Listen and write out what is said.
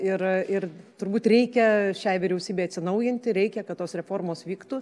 yra ir turbūt reikia šiai vyriausybei atsinaujinti reikia kad tos reformos vyktų